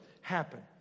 happen